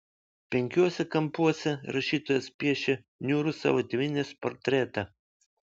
penkiuose kampuose rašytojas piešia niūrų savo tėvynės portretą